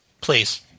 Please